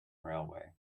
railway